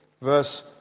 verse